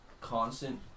constant